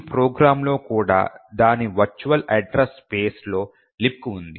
ఈ ప్రోగ్రామ్ లో కూడా దాని వర్చువల్ అడ్రస్ స్పేస్ లో లిబ్క్ ఉంది